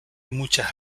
muchas